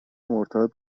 مرتبط